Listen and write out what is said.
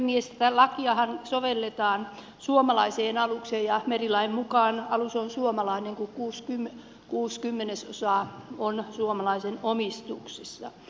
tätä lakiahan sovelletaan suomalaiseen alukseen ja merilain mukaan alus on suomalainen kun kuusi kymmenesosaa on suomalaisen omistuksessa